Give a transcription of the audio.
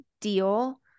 deal